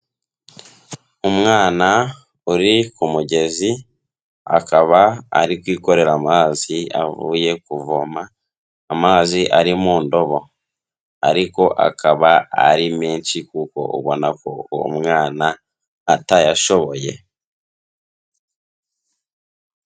Umwana uri ku mugezi, akaba ari kwikorera amazi avuye kuvoma, amazi ari mu ndobo ariko akaba ari menshi kuko ubona ko uwo mwana atayashoboye.